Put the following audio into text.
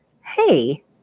Hey